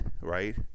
right